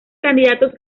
candidatos